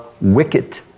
wicked